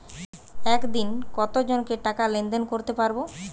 একদিন কত জনকে টাকা লেনদেন করতে পারবো?